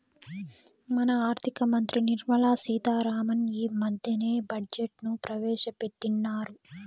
మన ఆర్థిక మంత్రి నిర్మలా సీతా రామన్ ఈ మద్దెనే బడ్జెట్ ను ప్రవేశపెట్టిన్నారు